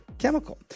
chemical